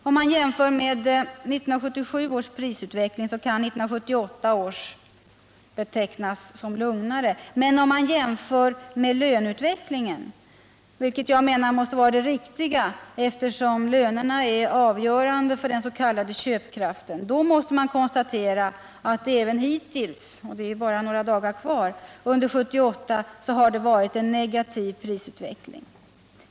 Om man jämför med 1977 års prisutveckling kan 1978 års betecknas som lugnare, men om man jämför med löneutvecklingen, vilket måste vara det riktiga, eftersom lönerna är avgörande för den s.k. köpkraften, måste man konstatera att det även hittills under 1978 — och det är ju bara några dagar kvar av året — varit en negativ prisutveckling.